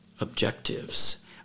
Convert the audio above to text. objectives